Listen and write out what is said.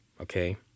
okay